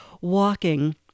walking